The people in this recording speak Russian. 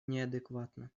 неадекватно